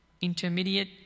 intermediate